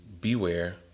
beware